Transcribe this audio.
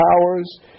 powers